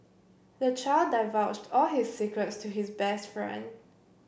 the child divulged all his secrets to his best friend